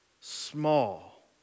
small